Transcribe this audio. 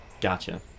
Gotcha